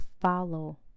follow